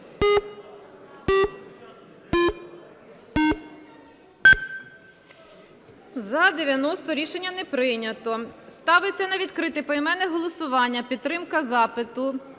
За-90 Рішення не прийнято. Ставиться на відкрите поіменне голосування підтримка запиту